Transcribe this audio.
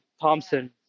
thompson